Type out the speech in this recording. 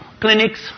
clinics